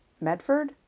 Medford